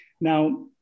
now